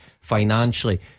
financially